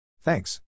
Thanks